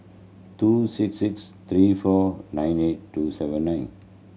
two six six three four nine eight two seven nine